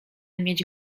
mieć